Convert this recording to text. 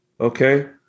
Okay